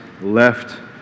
left